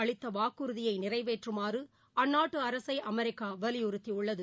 அளித்தவாக்குறுதியைநிறைவேற்றுமாறுஅந்நாட்டுஅரசைஅமெரிக்காவலியுறுத்தியுள்ளது